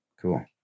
Cool